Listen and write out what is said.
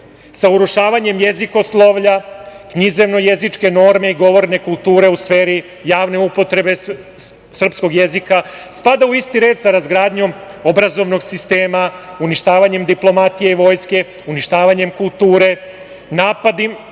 sa urušavanjem jezikoslovlja, književno jezičke norme, govorne kulture u sferi javne upotrebe srpskog jezika. Spada u isti red i sa razgradnjom obrazovnog sistema, uništavanjem diplomatije i vojske, uništavanjem kulture, napadima